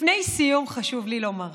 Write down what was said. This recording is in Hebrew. לפני סיום חשוב לי לומר: